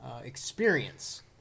experience